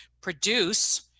produce